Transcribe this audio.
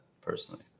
personally